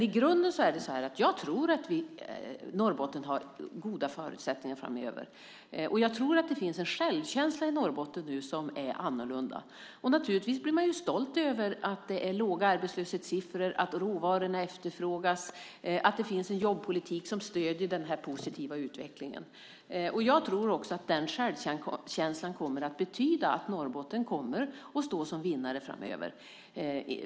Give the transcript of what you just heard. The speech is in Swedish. I grunden tror jag att Norrbotten har goda förutsättningar framöver, och jag tror att det finns en självkänsla i Norrbotten nu som är annorlunda. Naturligtvis blir man stolt över att det är låga arbetslöshetssiffror, att råvarorna efterfrågas och att det finns en jobbpolitik som stöder denna positiva utveckling. Jag tror också att den självkänslan kommer att betyda att Norrbotten kommer att stå som vinnare framöver.